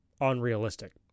unrealistic